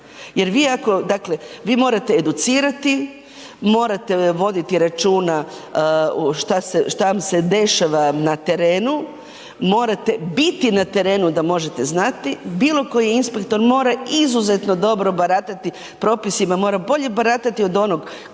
vi morate educirati, morate voditi računa šta vam se dešava na terenu, morate biti na terenu da možete znati, bilo koji inspektor mora izuzetno dobro baratati propisima, mora bolje baratati od onog koji